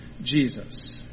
Jesus